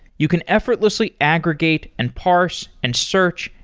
you can effortlessly aggregate, and parse, and search,